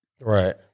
Right